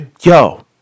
Yo